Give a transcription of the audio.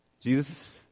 Jesus